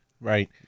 Right